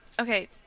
okay